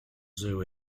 zoo